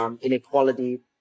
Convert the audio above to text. inequality